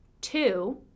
two